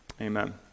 amen